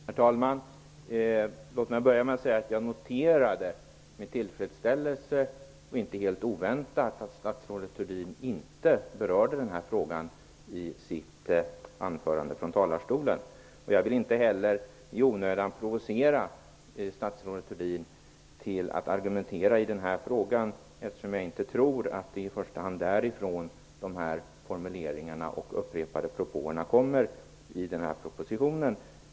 Herr talman! Låt mig börja med att säga att jag noterade med tillfredsställelse och inte helt oväntat att statsrådet Thurdin inte berörde den här frågan i sitt anförande från talarstolen. Jag vill inte heller i onödan provocera statsrådet Thurdin till att argumentera i frågan, eftersom jag inte tror att det i första hand är därifrån formuleringarna i propositionen och de upprepade propoåerna kommer.